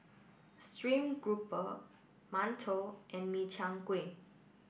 Stream Grouper Mantou and Min Chiang Kueh